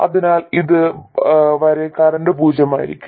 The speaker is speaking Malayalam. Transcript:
അതിനാൽ ഇത് വരെ കറന്റ് പൂജ്യമായിരിക്കും